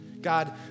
God